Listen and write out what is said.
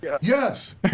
Yes